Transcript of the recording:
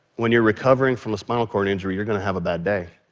when you're recovering from a spinal cord injury, you're going to have a bad day.